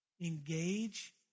Engage